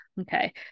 Okay